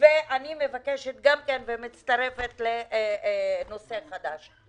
ואני מבקשת גם כן ומצטרפת לנושא חדש,